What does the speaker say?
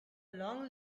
long